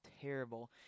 terrible